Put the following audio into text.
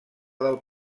del